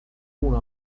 uno